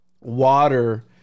water